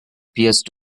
pierced